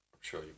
sure